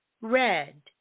red